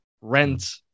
Rent